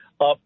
up